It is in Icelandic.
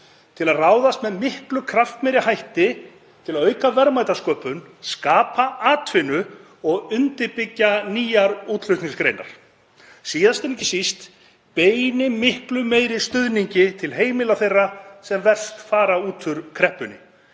til að ráðast með miklu kraftmeiri hætti í að auka verðmætasköpun, skapa atvinnu og undirbyggja nýjar útflutningsgreinar og, síðast en ekki síst, beini miklu meiri stuðningi til heimila þeirra sem verst fara út úr kreppunni.